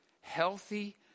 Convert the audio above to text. Healthy